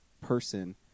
person